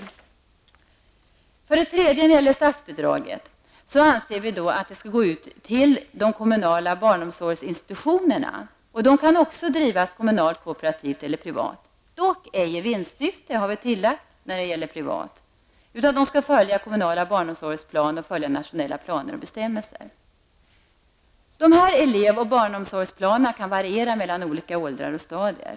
Vi anser att en tredje typ av statsbidrag skall utgå till de kommunala barnomsorgsinstitutionerna. Sådana institutioner kan drivas kommunalt, kooperativt eller privat, dock ej i vinstsyfte, har vi tillagt, när det gäller privata institutioner. De skall följa kommunala barnomsorgsplaner, nationella planer och bestämmelser. Dessa elev och barnomsorgsplaner kan variera mellan olika åldrar och stadier.